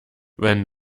wenn